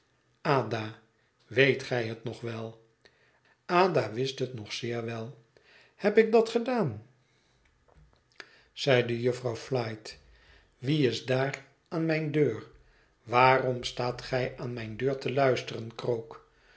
weet gij het nog wel ada wist het nog zeer wel heb ik dat gedaan zeide jufvrouw flite wie is daar aan mijne deur waarom staat gij aan mijne deur te luisteren krook